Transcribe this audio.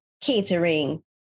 catering